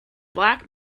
black